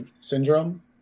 syndrome